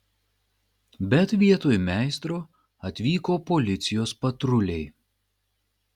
bet vietoj meistro atvyko policijos patruliai